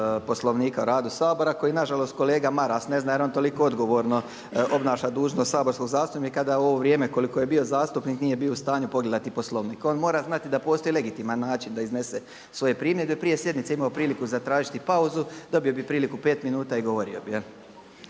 Poslovnika o radu Sabora koji nažalost kolega Maras ne zna jer on toliko odgovorno obnaša dužnost saborskog zastupnika da u ovo vrijeme koliko je bio zastupnik nije bio u stanju pogledati Poslovnik. On mora znati da postoji legitiman način da iznese svoje primjedbe. Prije sjednice je imao priliku zatražiti pauzu, dobio bi priliku 5 minuta i govorio bi.